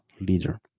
leader